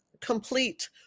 Complete